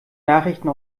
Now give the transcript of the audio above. nachrichten